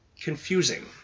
confusing